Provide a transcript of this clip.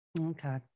Okay